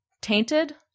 tainted